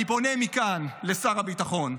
אני פונה מכאן לשר הביטחון: